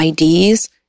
IDs